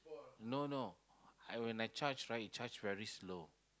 no no when I charge right it charge very slow